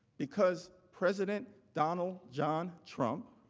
because president donald john trump,